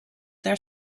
their